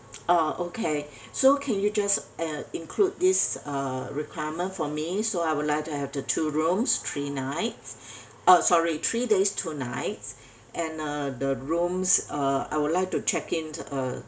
orh okay so can you just uh include this uh requirement for me so I would like to have the two rooms three nights uh sorry three days two nights and uh the rooms uh I would like to check in uh